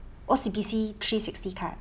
O_C_B_C three sixty card